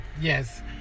Yes